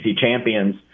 champions